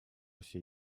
сей